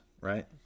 right